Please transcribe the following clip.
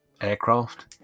aircraft